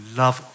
love